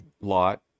lot